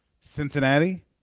Cincinnati